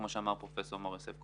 כמו שאמר פרופסור מור יוסף,